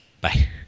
Bye